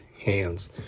hands